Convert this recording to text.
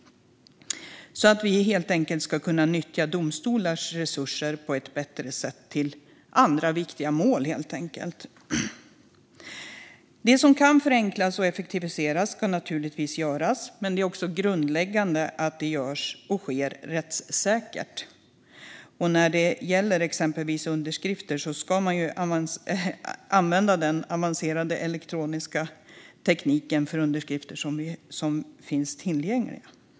På så sätt kan vi bättre nyttja domstolarnas resurser till andra viktiga mål. Vi ska givetvis förenkla och effektivisera det vi kan, men det är också grundläggande att det blir rättssäkert. När det gäller exempelvis underskrifter ska avancerad elektronisk underskrift därför användas.